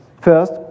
First